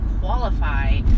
qualify